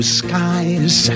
skies